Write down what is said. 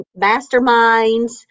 masterminds